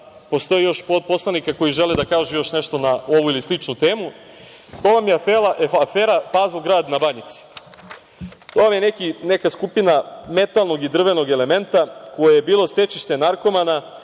postoji još poslanika koji žele da kažu još nešto na ovu ili sličnu temu. To vam je afera „Pazl grad“ na Banjici. To vam je neka skupina nekog metalnog i drvenog elementa koje je bilo stecište narkomana,